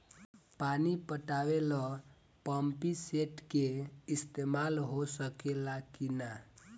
पानी पटावे ल पामपी सेट के ईसतमाल हो सकेला कि ना?